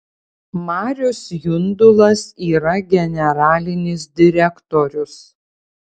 marius jundulas yra generalinis direktorius